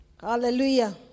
Hallelujah